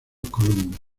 columnas